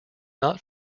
not